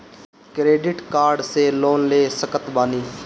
Credit card से loan ले सकत बानी?